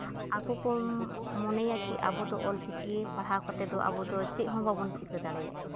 ᱟᱠᱚ ᱠᱚ ᱢᱚᱱᱮᱭᱟ ᱠᱤ ᱟᱵᱚ ᱫᱚ ᱚᱞ ᱪᱤᱠᱤ ᱯᱟᱲᱦᱟᱣ ᱠᱟᱛᱮᱫ ᱫᱚ ᱟᱵᱚ ᱫᱚ ᱪᱮᱫ ᱦᱚᱸ ᱵᱟᱵᱚᱱ ᱪᱤᱠᱟᱹ ᱫᱟᱲᱮᱭᱟᱜᱼᱟ